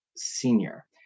Senior